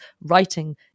writing